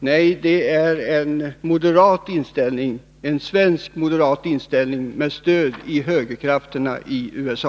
Nej, det är en svensk moderat inställning, med stöd i högerkrafterna i USA!